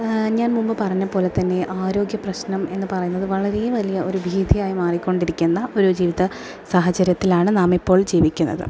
ഞാൻ മുമ്പ് പറഞ്ഞ പോലെ തന്നെ ആരോഗ്യ പ്രശ്നം എന്ന് പറയുന്നത് വളരെ വലിയ ഒരു ഭീതിയായി മാറിക്കൊണ്ടിരിക്കുന്ന ഒരു ജീവിത സാഹചര്യത്തിലാണ് നാമിപ്പോൾ ജീവിക്കുന്നത്